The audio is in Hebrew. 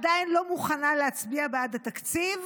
רע"מ עדיין לא מוכנה להצביע בעד התקציב.